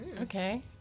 Okay